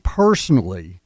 personally